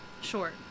Short